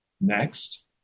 Next